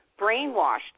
brainwashed